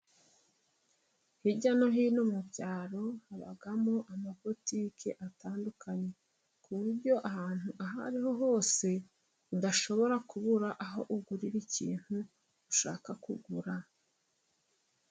Hirya no hino mu byaro habamo amabotiki atandukanye. Ku buryo ahantu aho ariho hose, udashobora kubura aho ugurira ikintu ushaka kugura.